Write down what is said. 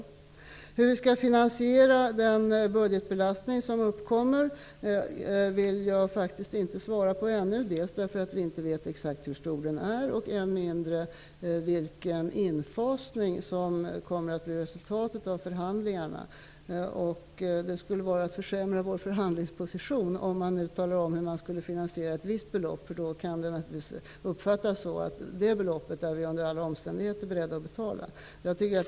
Frågan om hur vi skall finansiera den budgetbelastning som uppkommer vill jag faktiskt inte svara på ännu, därför att vi inte vet exakt hur stor den är och än mindre vilken infasning som kommer att bli resultatet av förhandlingarna. Det skulle vara att försämra vår förhandlingsposition att tala om hur ett visst belopp skall finansieras. Det kan då uppfattas så, att vi under alla omständigheter är beredda att betala det beloppet.